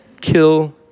kill